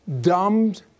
dumbed